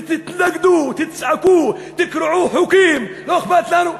תתנגדו, תצעקו, תקרעו חוקים, לא אכפת לנו.